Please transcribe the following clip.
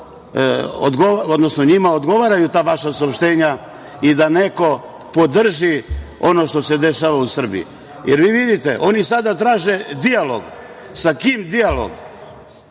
odnosno njima odgovaraju ta vaša saopštenja i da neko podrži ono što se dešava u Srbiji. Da li vi vidite da oni sada traže dijalog? Sa kim dijalog?